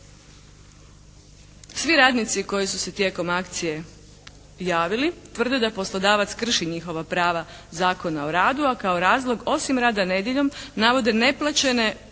Svi radnici koji su se tijekom akcije javili tvrde da poslodavac krši njihova prava Zakona o radu a kao razlog osim rada nedjeljom navode neplaćene